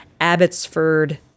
Abbotsford